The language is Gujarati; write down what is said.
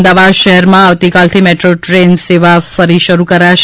અમદાવાદ શહેરમાં આવતીકાલથી મેટ્રો ટ્રેન સેવા ફરી શરૂ કરાશે